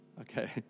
Okay